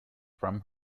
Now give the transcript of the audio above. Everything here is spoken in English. from